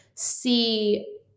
see